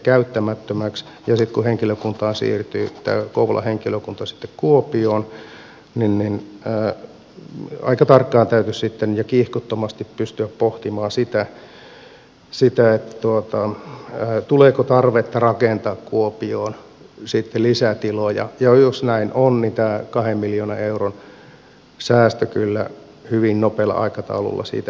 sitten kun kouvolan henkilökunta siirtyy kuopioon täytyisi aika tarkkaan ja kiihkottomasti pystyä pohtimaan sitä tuleeko tarvetta rakentaa kuopioon lisätiloja ja jos näin on niin tämä kahden miljoonan euron säästö kyllä hyvin nopealla aikataululla siitä häviää